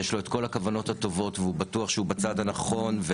יש לו כל הכוונות הטובות והוא בטוח שהוא בצד הנכון,